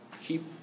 Keep